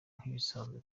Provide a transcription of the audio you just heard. nk’ibisanzwe